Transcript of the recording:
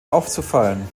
aufzufallen